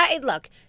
look